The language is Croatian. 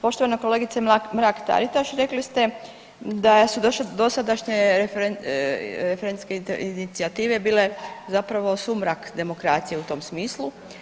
Poštovana kolegice Mrak Taritaš rekli ste da su dosadašnje referentske inicijative zapravo sumrak demokracije u tom smislu.